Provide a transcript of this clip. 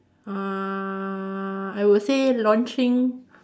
uh I would say launching